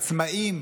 עצמאים